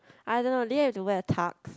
I don't know did you have to wear a tux